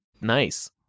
nice